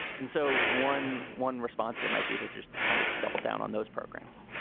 and so one one response here might be to just kind of double down on those programs.